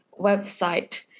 website